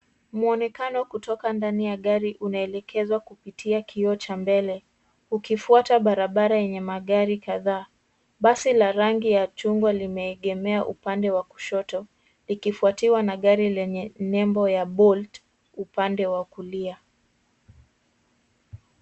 Mwonekana kutoka ndani ya gari unaelekezwa kupitia kioo cha mbele, ukifuata barabara yenye magari kadhaa. Basi la rangi ya chungwa limeegemea upande wa kushoto likifuatiwa na gari lenye nebo ya Bolt upande wa kulia.